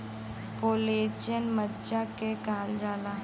collagen मज्जा के कहल जाला